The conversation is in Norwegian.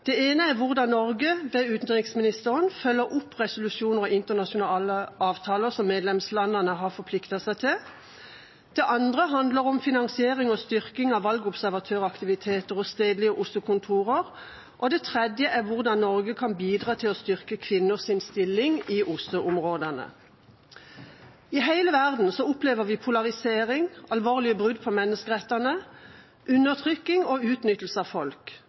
Det ene er hvordan Norge ved utenriksministeren følger opp resolusjoner og internasjonale avtaler som medlemslandene har forpliktet seg til, det andre handler om finansiering og styrking av valgobservatøraktiviteter og stedlige OSSE-kontorer, og det tredje er hvordan Norge kan bidra til å styrke kvinners stilling i OSSE-områdene. I hele verden opplever vi polarisering, alvorlige brudd på menneskerettene, undertrykking og utnyttelse av folk.